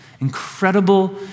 incredible